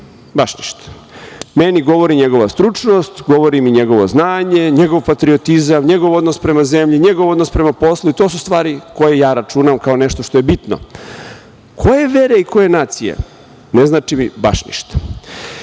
baš ništa. Meni govori njegova stručnost, govori mi njegovo znanje, njegov patriotizam, njegov odnos prema zemlji, njegov odnos prema poslu. To su stvari koje ja računam kao nešto što je bitno. Koje je vere i koje nacije, ne znači mi baš ništa. Kada